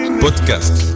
Podcast